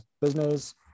business